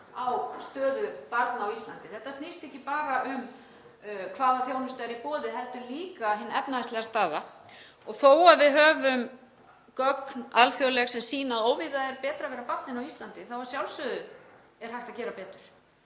á stöðu barna á Íslandi. Þetta snýst ekki bara um hvaða þjónusta er í boði heldur líka hina efnahagslegu stöðu. Þó að við höfum alþjóðleg gögn sem sýna að óvíða er betra að vera barn en á Íslandi þá er að sjálfsögðu hægt að gera betur.